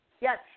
Yes